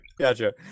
Gotcha